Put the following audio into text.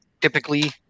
typically